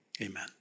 amen